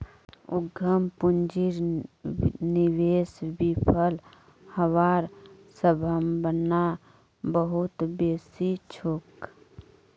उद्यम पूंजीर निवेश विफल हबार सम्भावना बहुत बेसी छोक